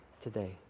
today